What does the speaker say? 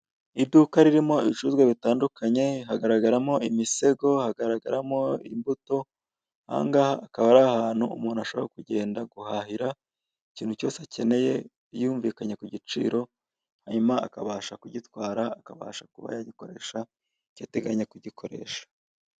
Iduka ririmo ibicuruzwa bitandukanye, hagaragaramo imisego, hagaragaramo imbuto, aha ngaha akaba ari ahantu umuntu ashobora kugenda guhahira ikintu cyose akeneye yumvikanye ku giciro, hanyuma akabasha kugitwara akabasha kuba yagikoresha icyo ateganya kugikoresha.